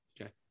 Okay